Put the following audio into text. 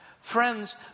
Friends